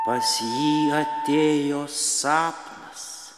pas jį atėjo sapnas